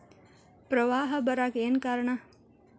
ಪ್ರವಾಹ ಬರಾಕ್ ಏನ್ ಕಾರಣ?